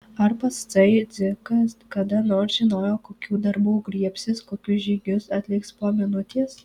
ar patsai dzikas kada nors žinojo kokių darbų griebsis kokius žygius atliks po minutės